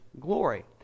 glory